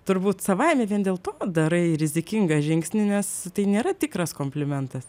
turbūt savaime vien dėl to darai rizikingą žingsnį nes tai nėra tikras komplimentas